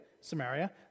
Samaria